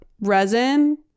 resin